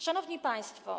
Szanowni Państwo!